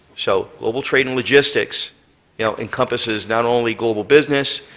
so global trade and logistics you know encompasses not only global business,